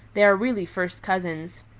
they are really first cousins.